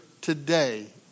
today